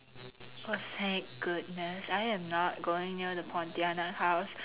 oh thank goodness I am not going near the pontianak house